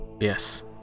Yes